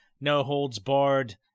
no-holds-barred